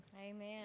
Amen